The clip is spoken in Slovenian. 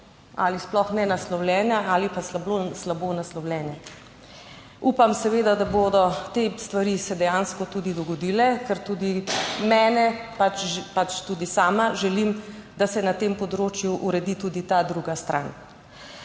ali sploh nenaslovljene ali pa so slabo naslovljene. Upam seveda, da bodo te stvari se dejansko tudi dogodile, ker tudi mene pač, pač tudi sama želim, da se na tem področju uredi tudi ta druga stran.